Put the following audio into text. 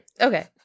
Okay